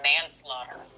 manslaughter